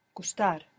Gustar